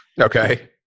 Okay